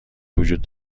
وجود